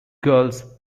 girls